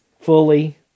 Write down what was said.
Fully